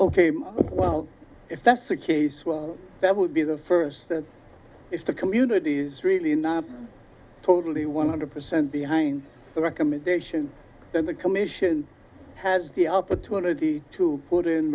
with well if that's the case well that would be the first step is to communities really not totally one hundred percent behind the recommendations then the commission has the opportunity to put in